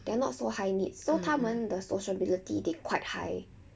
they are not so high needs so 他们的 sociability they quite high